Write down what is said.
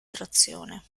trazione